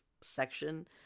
section